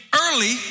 early